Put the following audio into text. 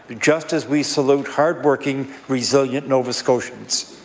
just as we salute hard-working, resilient nova scotians.